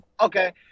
Okay